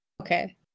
Okay